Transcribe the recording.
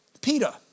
Peter